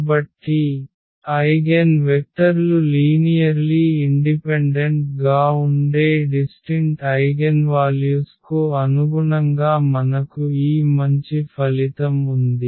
కాబట్టి ఐగెన్ వెక్టర్లు linearly independent గా ఉండే డిస్టింట్ ఐగెన్వాల్యుస్ కు అనుగుణంగా మనకు ఈ మంచి ఫలితం ఉంది